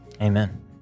Amen